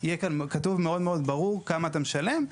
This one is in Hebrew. יהיה כאן כתוב מאוד מאוד ברור כמה אתה משלם.